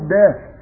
death